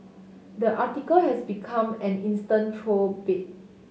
the article has become an instant troll bait